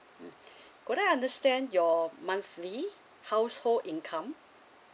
mm could I understand your monthly household income